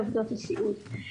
לעובדות הסיעוד.